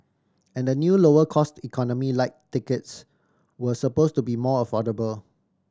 and a new lower cost Economy Lite tickets were suppose to be more affordable